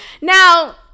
Now